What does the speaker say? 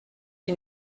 qui